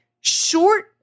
short